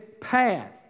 path